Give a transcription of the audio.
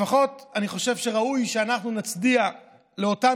לפחות אני חושב שראוי שאנחנו נצדיע לאותם